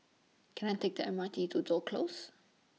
Can I Take The M R T to Toh Close